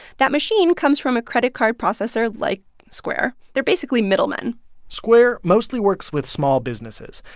that machine comes from a credit card processor like square. they're basically middlemen square mostly works with small businesses.